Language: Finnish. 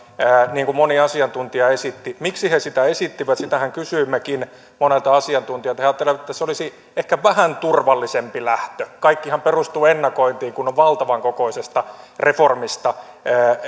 niin kuin moni asiantuntija esitti miksi he sitä esittivät sitähän kysyimmekin monelta asiantuntijalta he ajattelevat että se olisi ehkä vähän turvallisempi lähtö kaikkihan perustuu ennakointiin kun on valtavan kokoisesta reformista